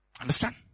Understand